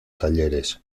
talleres